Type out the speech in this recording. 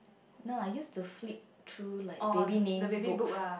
no I used to flip through like baby names books